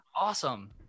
Awesome